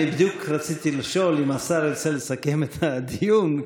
אני בדיוק רציתי לשאול אם השר ירצה לסכם את הדיון,